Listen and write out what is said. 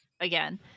again